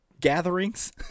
gatherings